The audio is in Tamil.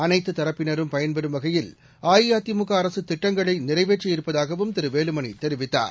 அனைத்துத்தரப்பினரும் பயன்பெறும் வகையில் அஇஅதிமுக திட்டங்களை நிறைவேற்றியிருப்பதாகவும் திரு வேலுமணி தெரிவித்தார்